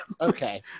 Okay